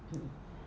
mm